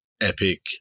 epic